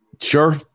Sure